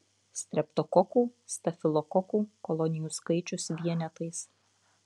streptokokų stafilokokų kolonijų skaičius vienetais